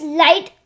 light